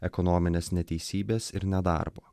ekonominės neteisybės ir nedarbo